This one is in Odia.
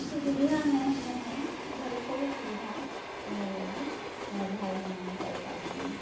କିଛି ସୁବିଧା ନେ ନ ଥାଇଁ ଏହାର ସବୁ ସୁବିଧା ଆମର ଲାଗି ଆମ ଭାରତନୁଁ ଆମେ ପାଇ ପାରିଲୁନୁଁ